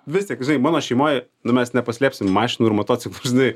vis tik žinai mano šeimoj nu mes nepaslėpsim mašinų ir motociklų žinai